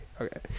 okay